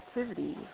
activity